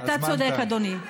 אתה צודק, אדוני.